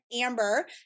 Amber